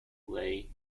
leigh